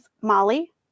Molly